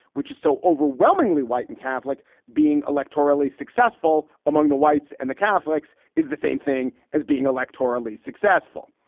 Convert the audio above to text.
which is so overwhelmingly white and catholic. being electorally successful among the whites and the catholics is the same thing as being electorally successful.